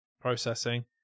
Processing